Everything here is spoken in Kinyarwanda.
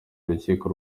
urukiko